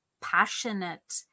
passionate